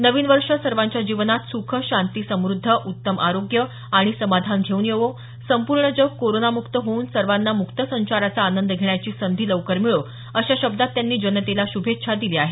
नवीन वर्ष सर्वांच्या जीवनात सुख शांती समद्धी उत्तम आरोग्य आणि समाधान घेऊन येवो संपूर्ण जग कोरोनामुक्त होऊन सर्वांना मुक्तसंचाराचा आनंद घेण्याची संधी लवकर मिळो अशा शब्दात त्यांनी जनतेला शुभेच्छा दिल्या आहेत